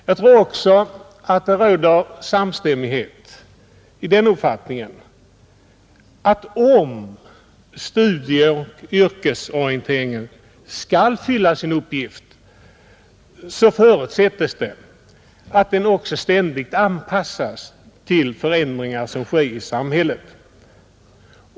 Jag tror också att det råder samstämmighet i den uppfattningen att om studieoch yrkesorienteringen skall fylla sin uppgift förutsättes det att den också ständigt anpassas till förändringar som sker i samhället.